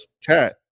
chat